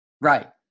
Right